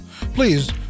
please